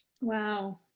Wow